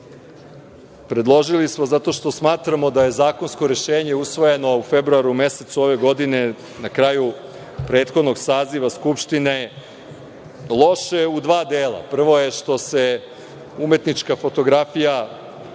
predložili smo zato što smatramo da je zakonsko rešenje, usvojeno u februaru mesecu ove godine, na kraju prethodnog saziva Skupštine, loše u dva dela. Prvo je što se umetnička fotografija